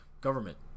government